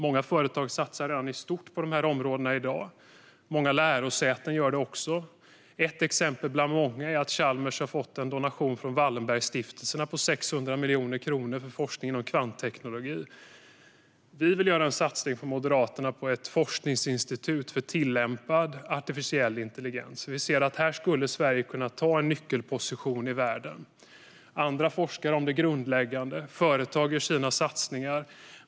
Många företag satsar redan i dag stort på dessa områden. Många lärosäten gör det också. Ett exempel bland många är att Chalmers har fått en donation från Wallenbergstiftelserna på 600 miljoner kronor för forskning inom kvantteknologi. Vi från Moderaterna vill göra en satsning på ett forskningsinstitut för tillämpad artificiell intelligens. Vi ser att Sverige här skulle kunna ta en nyckelposition i världen. Andra forskar om det grundläggande. Företag gör sina satsningar.